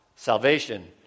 Salvation